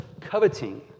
coveting